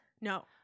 No